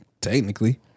Technically